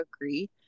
agree